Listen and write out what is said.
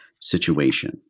situation